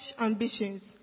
ambitions